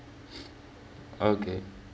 okay